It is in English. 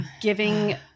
giving